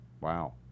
Wow